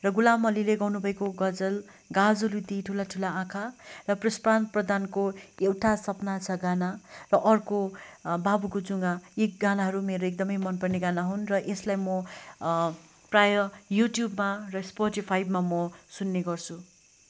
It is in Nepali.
र गुलाम अलीले गाउनुभएको गजल गाजलु ती ठुला ठुला आँखा र पुष्पन प्रधानको एउटा सप्ना छ गाना र अर्को बाबुको जुङ्गा यी गानाहरू मेरो एकदमै मन पर्ने गाना हुन् र यसलाई म प्रायः युट्युबमा र स्पोटिफाईभमा म सुन्ने गर्छु